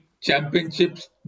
championships